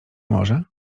może